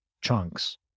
chunks